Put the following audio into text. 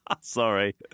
Sorry